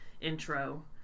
intro